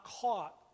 caught